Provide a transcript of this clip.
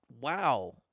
wow